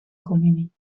communie